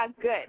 good